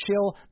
chill